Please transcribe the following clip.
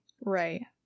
Right